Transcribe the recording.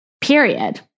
Period